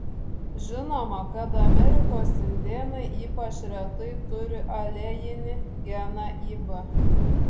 žinoma kad amerikos indėnai ypač retai turi alelinį geną ib